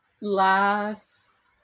last